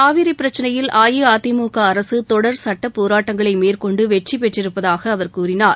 காவிரி பிரச்சனையில் அஇஅதிமுக அரசு தொடர் சுட்ட போராட்டங்களை மேற்கொண்டு வெற்றி பெற்றிருப்பதாக அவர் கூறினார்